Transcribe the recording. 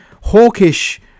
hawkish